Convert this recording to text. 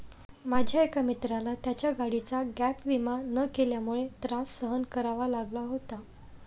माझ्या एका मित्राला त्याच्या गाडीचा गॅप विमा न केल्यामुळे त्रास सहन करावा लागला होता